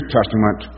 Testament